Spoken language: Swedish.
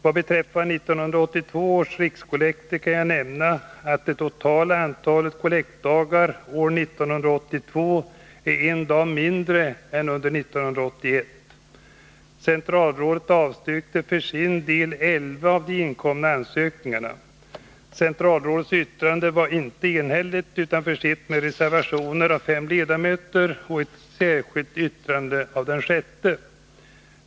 Vad beträffar 1982 års rikskollekter kan jag nämna att det totala antalet kollektdagar år 1982 är en dag mindre än under år 1981. Centralrådet avstyrkte för sin del elva av de inkomna ansökningarna. Centralrådets yttrande var inte enhälligt utan var försett med reservationer av fem ledamöter och ett särskilt yttrande av en sjätte.